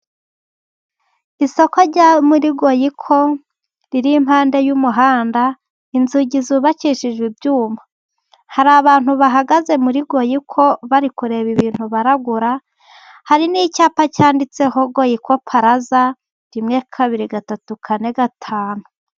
Isoko riri muri goyiko riri ipande y'umuhanda, inzugi zubakishijwe ibyuma. Hari abantu bahagaze muri goyiko bari kureba ibintu baragura, hari n'icyapa cyanditseho goyiko puraza rimwe, kabiri, gatatu, kane, gatanu.